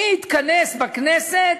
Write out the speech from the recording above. מי התכנס בכנסת